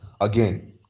again